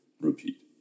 Repeat